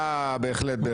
אה, בהחלט.